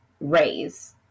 raise